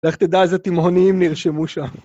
ואיך תדע איזה תימהוניים נרשמו שם.